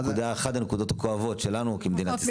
אחת הנקודות הכואבות שלנו כמדינת ישראל.